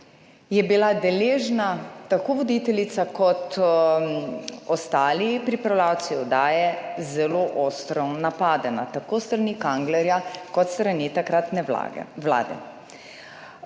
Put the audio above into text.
je bila deležna tako voditeljica kot ostali pripravljavci oddaje zelo ostro napadena, tako s strani Kanglerja kot s strani takratne vlade.